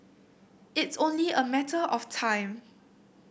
it's only a matter of time